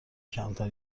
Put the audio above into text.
کمتر